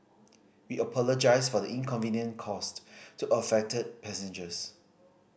we apologise for the inconvenient caused to affected passengers